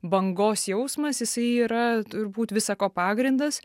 bangos jausmas jisai yra turbūt visa ko pagrindas